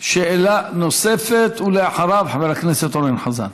שאלה נוספת, ואחריו, חבר הכנסת אורן חזן.